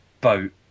boat